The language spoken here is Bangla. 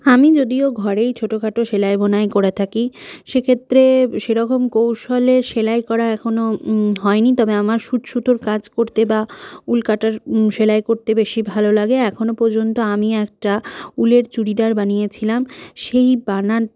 আমি যদিও ঘরেই ছোটখাটো সেলাই বোনাই করে থাকি সেক্ষেত্রে সেরকম কৌশলে সেলাই করা এখনো হয়নি তবে আমার সূঁচসুতোর কাজ করতে বা উল কাঁটার সেলাই করতে বেশি ভালো লাগে এখনও পর্যন্ত আমি একটা উলের চুড়িদার বানিয়েছিলাম সেই বানা